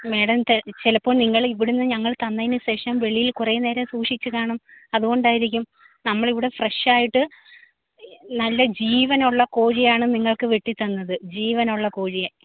madam അത് ചിലപ്പോൾ നിങ്ങളിവിടെ നിന്ന് ഞങ്ങൾ തന്നതിന് ശേഷം വെളിയിൽ കുറേ നേരം സൂക്ഷിച്ചു കാണും അതുകൊണ്ടായിരിക്കും നമ്മൾ ഇവിടെ ഫ്രഷ് ആയിട്ട് നല്ല ജീവനുള്ള കോഴിയാണ് നിങ്ങൾക്ക് വെട്ടി തന്നത് ജീവനുള്ള കോഴിയെ